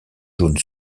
jaune